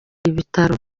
ibitaro